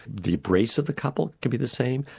the embrace of the couple can be the same,